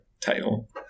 Title